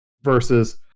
versus